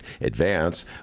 advance